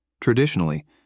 Traditionally